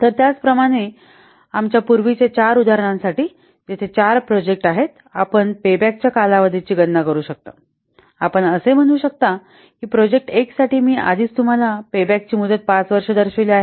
तर त्याचप्रमाणे आमच्या पूर्वीच्या चार उदाहरणांसाठी जेथे चार प्रोजेक्ट आहेत आपण पेबॅकच्या कालावधीची गणना करू शकता आपण असे म्हणू शकता की प्रोजेक्ट 1 साठी मी आधीच तुम्हाला पेबॅकची मुदत 5 वर्षे दर्शविली आहे